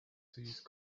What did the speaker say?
these